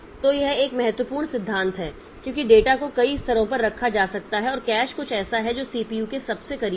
तो यह एक महत्वपूर्ण सिद्धांत है क्योंकि डेटा को कई स्तरों पर रखा जा सकता है और कैश कुछ ऐसा है जो सीपीयू के सबसे करीब है